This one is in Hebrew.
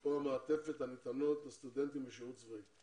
או המעטפת הניתנות לסטודנטים בשירות צבאי.